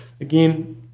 again